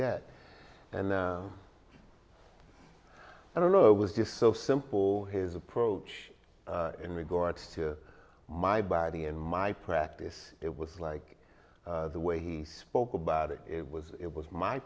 that and i don't know it was just so simple his approach in regard to my body and my practice it was like the way he spoke about it it was it was my